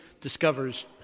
discovers